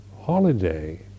holiday